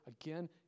again